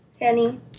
Henny